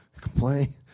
complain